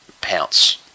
pounce